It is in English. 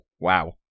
wow